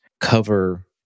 cover